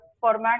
format